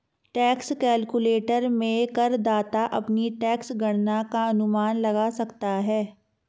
tax calculator में करदाता अपनी टैक्स गणना का अनुमान लगा सकता है